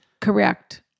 Correct